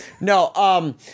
No